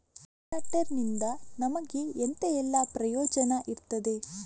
ಕೊಲ್ಯಟರ್ ನಿಂದ ನಮಗೆ ಎಂತ ಎಲ್ಲಾ ಪ್ರಯೋಜನ ಇರ್ತದೆ?